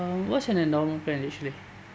uh what's an endowment plan actually